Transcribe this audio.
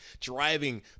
driving